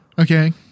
okay